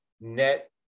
net